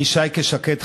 אני שייקה שקד,